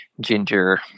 Ginger